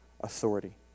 authority